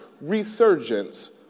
resurgence